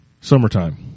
Summertime